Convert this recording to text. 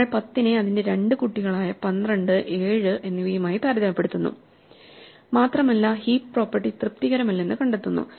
നമ്മൾ 10 നെ അതിന്റെ 2 കുട്ടികളായ 12 7 എന്നിവയുമായി താരതമ്യപ്പെടുത്തുന്നു മാത്രമല്ല ഹീപ്പ് പ്രോപ്പർട്ടി തൃപ്തികരമല്ലെന്ന് കണ്ടെത്തുന്നു